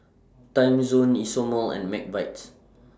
Timezone Isomil and Mcvitie's